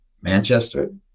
Manchester